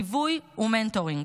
ליווי ומנטורים.